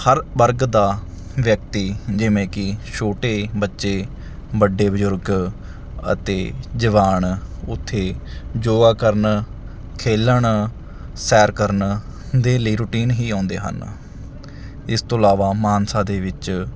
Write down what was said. ਹਰ ਵਰਗ ਦਾ ਵਿਅਕਤੀ ਜਿਵੇਂ ਕਿ ਛੋਟੇ ਬੱਚੇ ਵੱਡੇ ਬਜ਼ੁਰਗ ਅਤੇ ਜਵਾਨ ਉੱਥੇ ਯੋਗਾ ਕਰਨ ਖੇਲਣ ਸੈਰ ਕਰਨ ਦੇ ਲਈ ਰੂਟੀਨ ਹੀ ਆਉਂਦੇ ਹਨ ਇਸ ਤੋਂ ਇਲਾਵਾ ਮਾਨਸਾ ਦੇ ਵਿੱਚ